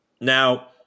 Now